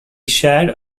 shared